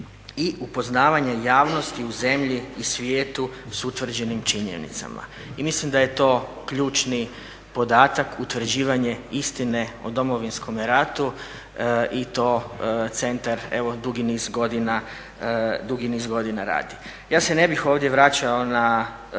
i upoznavanje javnosti u zemlji i svijetu s utvrđenim činjenicama. I mislim da je to ključni podatak utvrđivanje istine o Domovinskome ratu i to centar evo dugi niz godina radi. Ja se ne bih ovdje vraćao na